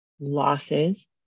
losses